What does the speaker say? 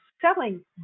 selling